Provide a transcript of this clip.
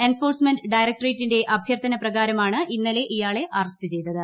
enforcement ഡയറക്ട്രേറ്റിന്റെ അഭ്യർത്ഥന പ്രകാരമാണ് ഇന്നലെ ഇയാളെ അറസ്റ്റ് ചെയ്തത്